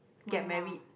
get married